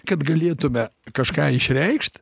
kad galėtume kažką išreikšt